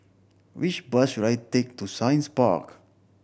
which bus should I take to Science Park